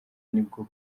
nibwo